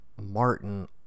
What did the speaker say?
Martin